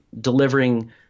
delivering